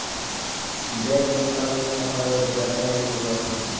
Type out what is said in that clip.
bank note কাগজে ছাপা note যেটা বেঙ্ক নু আসে